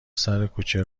سرکوچه